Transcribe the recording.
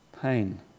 pain